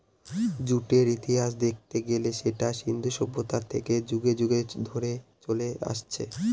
জুটের ইতিহাস দেখতে গেলে সেটা সিন্ধু সভ্যতা থেকে যুগ যুগ ধরে চলে আসছে